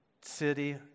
city